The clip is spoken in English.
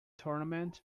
tournament